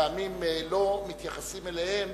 פעמים לא מתייחסים אליהם